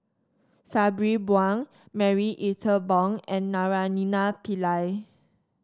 Sabri Buang Marie Ethel Bong and Naraina Pillai